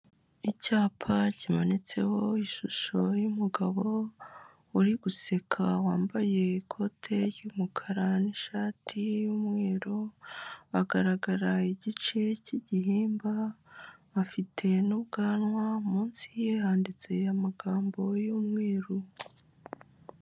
Icyapa kimanitseho ishusho y'umugabo uri guseka wambaye ikote ry'umukara n'ishati y'umweru, agaragara igice cy'igihimba, afite n'ubwanwa munsi ye yanditse amagambo y'umweru.